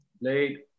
late